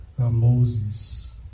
Moses